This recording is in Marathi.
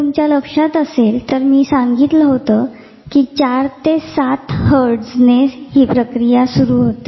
तुमच्या लक्षात असेल कि मी तुम्हाला सांगितले कि 4 ते 7 हर्ट्झच्या दरम्यान हि प्रक्रिया सुरु होते